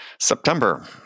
September